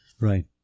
Right